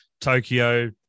Tokyo